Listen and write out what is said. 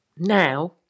Now